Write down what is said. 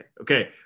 Okay